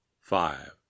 five